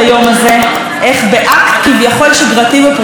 איך באקט כביכול שגרתי ופרוצדורלי אנחנו